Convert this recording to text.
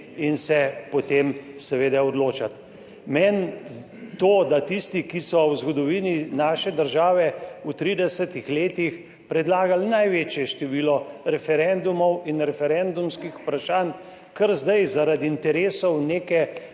in se potem seveda odločati. Meni to, da tisti, ki so v zgodovini naše države v 30-ih letih predlagali največje število referendumov in referendumskih vprašanj, kar zdaj zaradi interesov neke